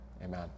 Amen